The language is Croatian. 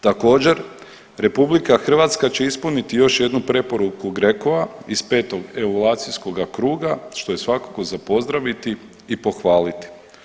Također RH će ispuniti još jednu preporuku GRECO-a iz petog evaluacijskoga kruga što je svakako za pozdraviti i pohvaliti.